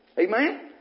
Amen